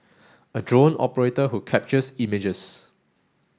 a drone operator who captures images